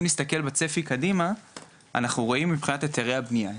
אם נסתכל בצפי קדימה אנחנו רואים מבחינת היתרי הבניה.